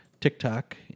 TikTok